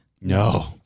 No